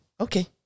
Okay